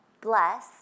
bless